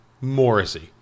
Morrissey